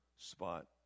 spot